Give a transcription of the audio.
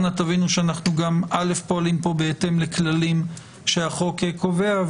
אנא תבינו שאנחנו גם פועלים פה בהתאם לכללים שהחוק קובע,